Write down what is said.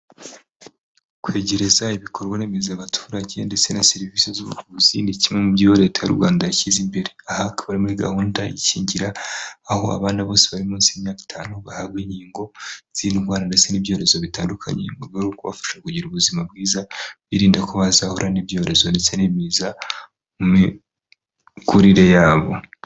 Kwegereza ibikorwa remezo abaturage ndetse na serivisi z'ubuvuzi ni kimwe mu byo leta y'u rwanda yashyize imbere ahakaba muri gahunda ikingira aho abana bose bari munsi y'imyaka itanu bahabwa inkingo z'iin ndwara ndetse n'ibyorezo bitandukanye rwe ukubafasha kugira ubuzima bwiza birinda ko bazahura n'ibyorezo ndetse n'ibiza mu mikurire yabo.